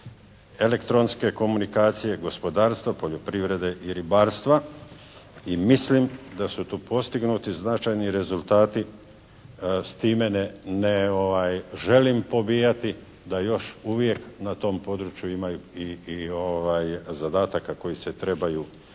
elektronske komunikacije, gospodarstva, poljoprivrede i ribarstva i mislim da su tu postignuti značajni rezultati. S time ne želim pobijati da još uvijek na tom području ima i zadataka koji se trebaju